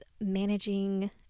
managing